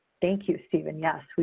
thank you, steven. yes,